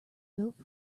built